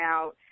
Out